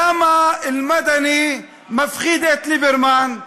למה אל-מדני מפחיד את ליברמן?